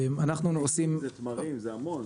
גם תמרים זה המון.